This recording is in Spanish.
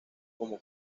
como